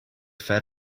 fed